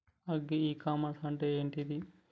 Agri e commerce అంటే ఏంటిది?